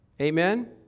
Amen